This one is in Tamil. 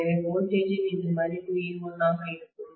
எனவே வோல்டேஜ் ன் இந்த மதிப்பு e1 ஆக இருக்கும்